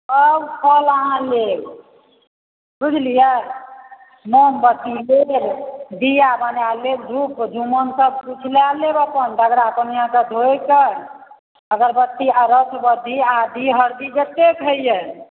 सब फल अहाँ लेब बुझलियै मोमबत्ती लेब दिआ बना लेब धुप धुमन सब कुछ लए लेब अपन डगरा कोनिआ सब धोएकऽ अगरबत्ती आदि हरदी जतेक होइया